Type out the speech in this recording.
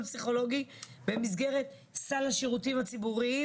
פסיכולוגי במסגרת סל השירותים הציבוריים,